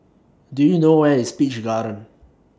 Do YOU know Where IS Peach Garden